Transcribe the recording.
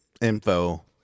info